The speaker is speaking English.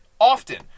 often